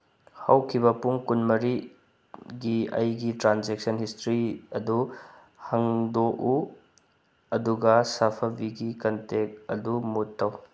ꯍꯧꯈꯤꯕ ꯄꯨꯡ ꯀꯨꯟꯃꯔꯤꯒꯤ ꯑꯩꯒꯤ ꯇ꯭ꯔꯥꯟꯖꯦꯛꯁꯟ ꯍꯤꯁꯇ꯭ꯔꯤ ꯑꯗꯨ ꯍꯪꯗꯣꯛꯎ ꯑꯗꯨꯒ ꯁꯥꯐꯕꯤꯒꯤ ꯀꯟꯇꯦꯛ ꯑꯗꯨ ꯃꯨꯠ ꯇꯧ